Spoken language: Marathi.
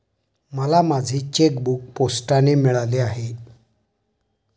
मला माझे चेकबूक पोस्टाने मिळाले आहे